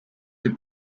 the